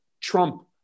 Trump